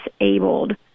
disabled